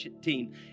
team